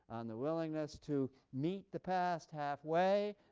on the willingness to meet the past halfway,